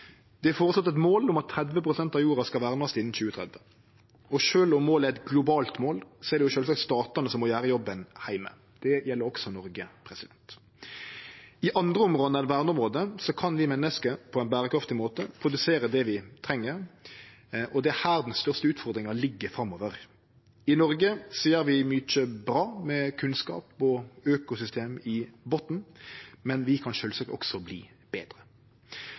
Det er føreslått eit mål om at 30 pst. av jorda skal vernast innan 2030. Sjølv om målet er eit globalt mål, er det sjølvsagt statane som må gjere jobben heime. Det gjeld også Noreg. I andre område enn verneområde kan vi menneske på ein berekraftig måte produsere det vi treng, og det er her den største utfordringa ligg framover. I Noreg gjer vi mykje bra med kunnskap og økosystem i botn, men vi kan sjølvsagt også verte betre.